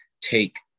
take